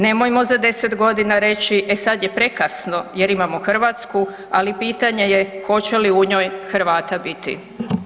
Nemojmo za 10.g. reći e sad je prekasno jer imamo Hrvatsku, ali pitanje je hoće li u njoj Hrvata biti.